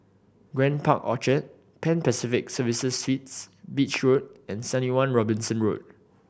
Grand Park Orchard Pan Pacific Serviced Suites Beach Road and Seventy One Robinson Road